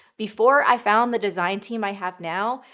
before i found the design team i have now,